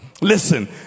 listen